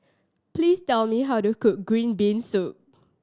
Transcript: please tell me how to cook green bean soup